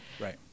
Right